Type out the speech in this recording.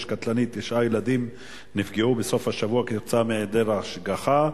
קטלני: תשעה ילדים נפגעו בסוף השבוע כתוצאה מהיעדר השגחה.